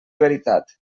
veritat